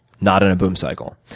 not in a boom cycle.